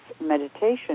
meditation